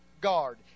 guard